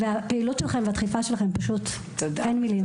והפעילות שלכן והדחיפה שלכן - פשוט אין מילים.